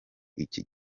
iki